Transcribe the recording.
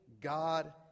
God